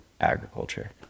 agriculture